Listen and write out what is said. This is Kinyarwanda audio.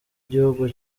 gihugu